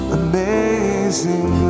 amazing